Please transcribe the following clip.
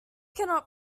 cannot